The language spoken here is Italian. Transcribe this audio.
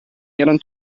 eran